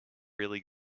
really